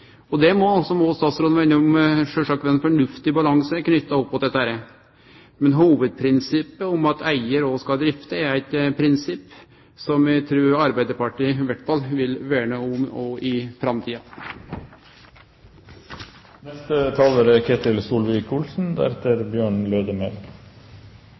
Det må, som statsråden òg var innom, sjølvsagt vere ein fornuftig balanse knytte opp mot dette. Men hovudprinsippet om at eigar òg skal drifte er eit prinsipp som eg trur Arbeidarpartiet i alle fall vil verne om òg i framtida. Forrige innlegg avslørte vel egentlig hva dette handler om fra Regjeringens side. Det er